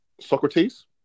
Socrates